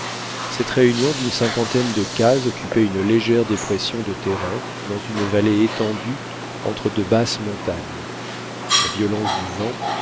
cette réunion d'une cinquantaine de cases occupait une légère dépression de terrain dans une vallée étendue entre de basses montagnes la violence du vent